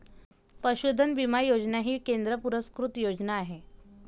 पशुधन विमा योजना ही केंद्र पुरस्कृत योजना आहे